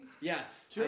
Yes